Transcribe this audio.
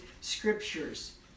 scriptures